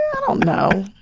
um know.